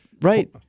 right